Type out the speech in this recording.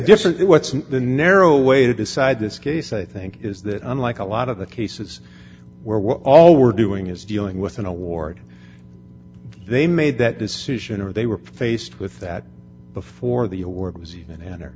decide what's in the narrow way to decide this case i think is that unlike a lot of the cases where we're all we're doing is dealing with an award they made that decision or they were faced with that before the award was even enter